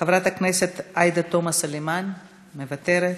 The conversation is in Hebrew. חברת הכנסת עאידה תומא סלימאן, מוותרת,